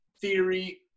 theory